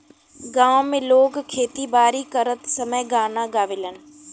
गांव में लोग खेती बारी करत समय गाना गावेलन